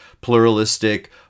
pluralistic